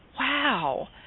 wow